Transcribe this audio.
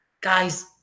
Guys